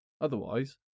Otherwise